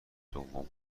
دوم